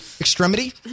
extremity